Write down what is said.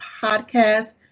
podcast